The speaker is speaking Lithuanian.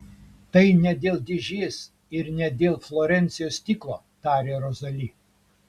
tai ne dėl dėžės ir ne dėl florencijos stiklo tarė rozali